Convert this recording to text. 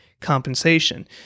compensation